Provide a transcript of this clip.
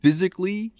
Physically